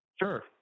Sure